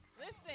Listen